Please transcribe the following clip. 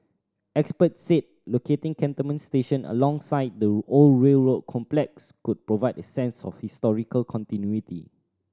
experts said locating Cantonment station alongside the old railway complex could provide a sense of historical continuity